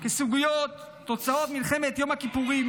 כסוגיית תוצאות מלחמת יום הכיפורים,